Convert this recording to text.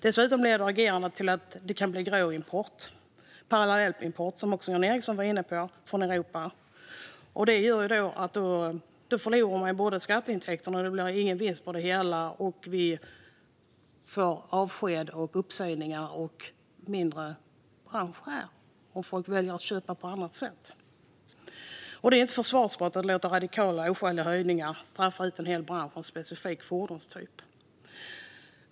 Dessutom leder agerandet till att det kan bli gråimport - parallell import, som Jan Ericson var inne på - från Europa. Då förlorar man skatteintäkterna - det blir ingen vinst på det hela. Vi får dessutom avsked och uppsägningar och en mindre bransch om folk väljer att köpa på annat sätt. Det är inte försvarbart att låta radikala och oskäliga skattehöjningar straffa ut en hel bransch och en specifik fordonstyp.